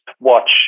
watch